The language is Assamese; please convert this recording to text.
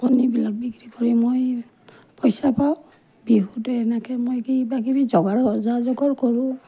কণীবিলাক বিক্ৰী কৰি মই পইচা পাওঁ বিহুতো এনেকৈ মই কিবা কিবি যা যোগাৰ কৰোঁ